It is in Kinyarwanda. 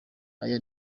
aya